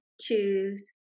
choose